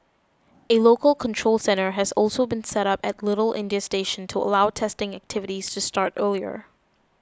a local control centre has also been set up at Little India station to allow testing activities to start earlier